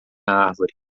árvore